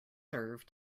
serve